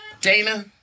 Dana